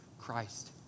Christ